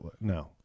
no